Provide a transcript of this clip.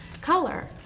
color